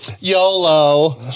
YOLO